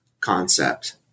concept